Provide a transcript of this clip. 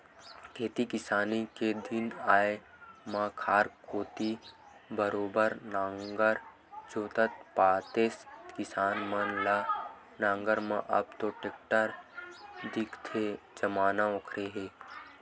खेती किसानी के दिन आय म खार कोती बरोबर नांगर जोतत पातेस किसान मन ल नांगर म अब तो टेक्टर दिखथे जमाना ओखरे हे